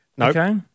Okay